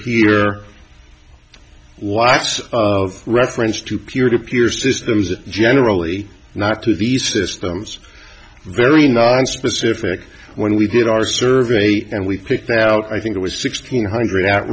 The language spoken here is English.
here lots of references to peer to peer systems are generally not to these systems very nonspecific when we did our survey and we picked out i think it was sixteen hundred